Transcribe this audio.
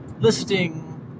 listing